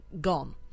gone